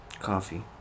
Coffee